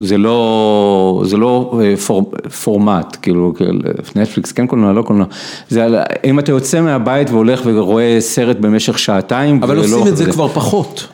זה לא, זה לא פורמט, כאילו, נטפליקס, כן קולנוע, לא קולנוע. זה על ה.. אם אתה יוצא מהבית והולך ורואה סרט במשך שעתיים... אבל עושים את זה כבר פחות.